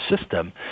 system